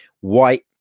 White